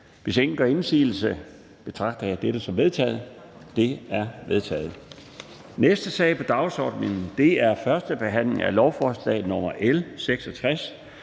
Hvis ingen gør indsigelse, betragter jeg dette som vedtaget. Det er vedtaget. --- Det næste punkt på dagsordenen er: 8) 1. behandling af lovforslag nr. L